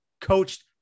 coached